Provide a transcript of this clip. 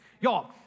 Y'all